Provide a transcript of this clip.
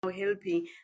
helping